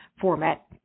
format